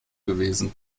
gewesen